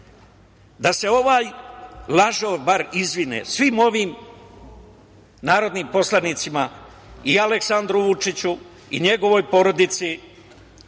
da se ovaj lažov bar izvini svim ovim narodnim poslanicima i Aleksandru Vučiću i njegovoj porodici